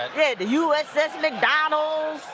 ah u s s. mcdonald's.